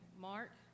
Mark